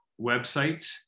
websites